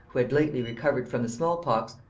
who had lately recovered from the small pox,